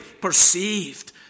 perceived